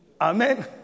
Amen